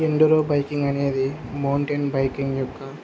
enduro biking అనేది mountain biking యొక్క